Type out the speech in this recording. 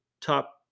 top